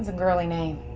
ah girly name.